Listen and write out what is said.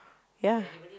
ya